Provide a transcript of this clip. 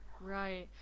right